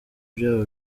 byabo